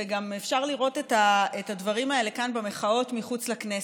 וגם אפשר לראות את הדברים האלה כאן במחאות מחוץ לכנסת,